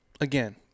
Again